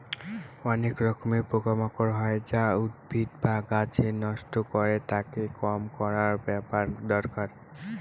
অনেক রকমের পোকা মাকড় হয় যা উদ্ভিদ বা গাছকে নষ্ট করে, তাকে কম করার ব্যাপার দরকার